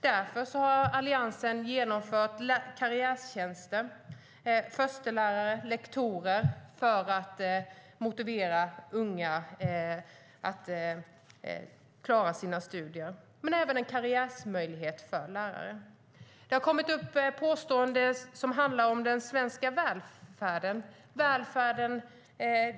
Därför har Alliansen infört karriärtjänster, förstelärare och lektorer som ska motivera unga att klara sina studier. Det har gjorts påståenden här om den svenska välfärden.